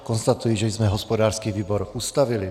Konstatuji, že jsme hospodářský výbor ustavili.